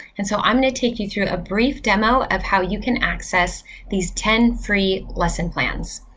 and so i'm going to take you through a brief demo of how you can access these ten free lesson plans.